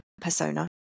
persona